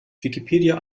wikipedia